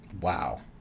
Wow